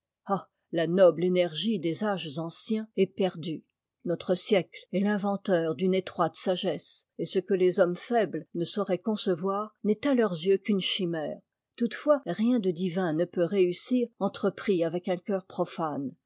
parler de racine due notre siècle est l'inventeur d'une étroite sagesse et ce que les hommes faibles ne sauraient concevoir n'est à leurs yeux qu'une chimère toutefois rien de divin ne peut réussir entrepris avec un cœur profane